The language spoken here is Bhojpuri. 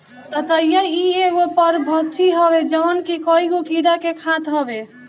ततैया इ एगो परभक्षी हवे जवन की कईगो कीड़ा के खात हवे